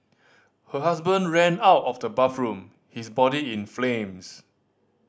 her husband ran out of the bathroom his body in flames